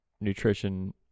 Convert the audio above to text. nutrition